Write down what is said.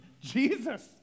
Jesus